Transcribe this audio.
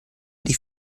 die